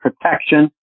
protection